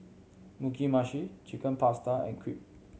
Mugi Meshi Chicken Pasta and Crepe